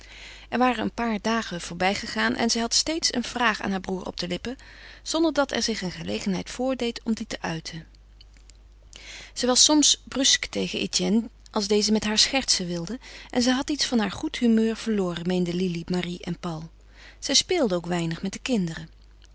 er waren een paar dagen voorbijgegaan en zij had steeds een vraag aan haar broêr op de lippen zonder dat er zich een gelegenheid voordeed om die te uiten zij was soms brusk tegen etienne als deze met haar schertsen wilde en zij had iets van haar goed humeur verloren meenden lili marie en paul zij speelde ook weinig met de kinderen